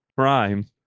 prime